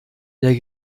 der